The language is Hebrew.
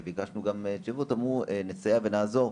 אמרו נסייע ונעזור.